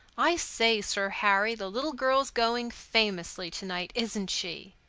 i say, sir harry, the little girl's going famously to-night, isn't she?